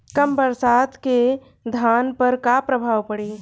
कम बरसात के धान पर का प्रभाव पड़ी?